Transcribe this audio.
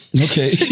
okay